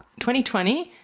2020